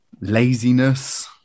laziness